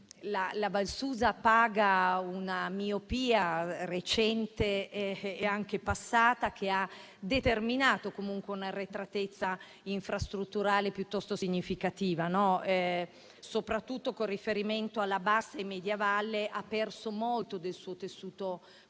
la Val Susa paga una miopia recente e anche passata che ha determinato un'arretratezza infrastrutturale piuttosto significativa, soprattutto con riferimento alla bassa e media valle, che ha perso molto del suo tessuto produttivo,